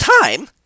time